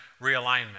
realignment